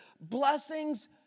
blessings